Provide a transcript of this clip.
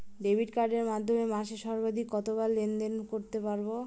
Debit কার্ডের মাধ্যমে মাসে সর্বাধিক কতবার লেনদেন করতে পারবো?